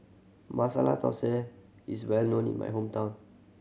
Masala Dosa is well known in my hometown